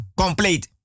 complete